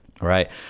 right